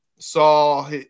Saw